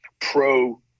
pro –